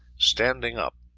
standing up,